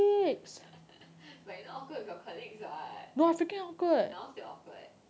but you not awkward with your colleagues [what] now still awkward